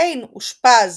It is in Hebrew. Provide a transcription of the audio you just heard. קין אושפז